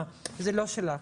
זה לא שלך.